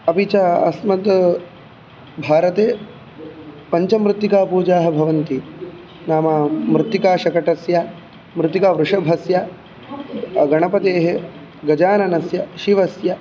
अपि च अस्मत् भारते पञ्चमृत्तिकापूजाः भवन्ति नाम मृत्तिकाशकटस्य मृत्तिकावृषभस्य गणपतेः गजाननस्य शिवस्य